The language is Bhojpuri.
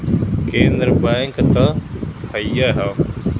केन्द्र बैंक त हइए हौ